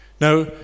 Now